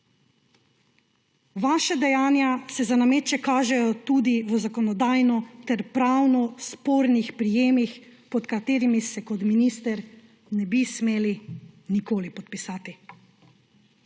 Vaša dejanja se za nameček kažejo tudi v zakonodajno ter pravno spornih prijemih, pod katerimi se kot minister ne bi smeli nikoli podpisati.